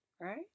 right